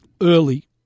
early